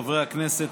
חברי הכנסת,